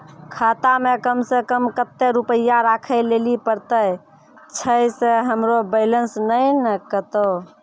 खाता मे कम सें कम कत्ते रुपैया राखै लेली परतै, छै सें हमरो बैलेंस नैन कतो?